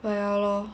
but ya lor